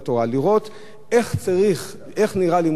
לראות איך צריך, איך נראה לימוד תורה.